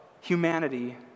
humanity